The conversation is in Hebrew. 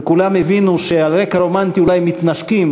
וכולם הבינו שעל רקע רומנטי אולי מתנשקים,